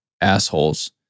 assholes